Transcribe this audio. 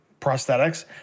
prosthetics